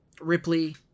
Ripley